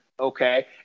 Okay